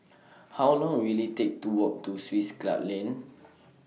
How Long Will IT Take to Walk to Swiss Club Lane